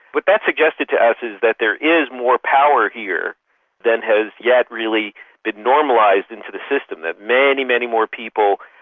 what that suggested to us is that there is more power here than has yet really been normalised into the system, that many, many more people,